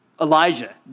Elijah